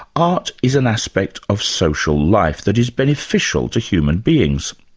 art is an aspect of social life that is beneficial to human beings.